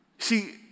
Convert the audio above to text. See